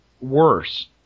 worse